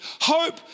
Hope